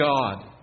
God